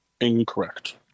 Incorrect